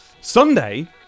Sunday